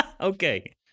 Okay